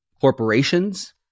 Corporations